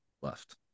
left